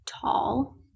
tall